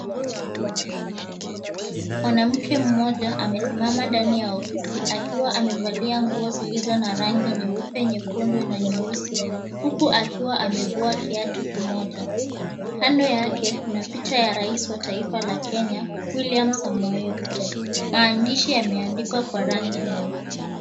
Mwanamke mmoja amesimama ndani ya ofisi akiwa amevalia nguo zilizo na rangi nyeupe, nyekundu na nyeusi, huku akiwa amevua kiatu kimoja. Kando yake kuna picha ya rais wa taifa la Kenya, William Samoei Ruto. Maandishi yameandikwa kwa rangi nyeupe.